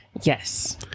Yes